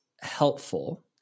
helpful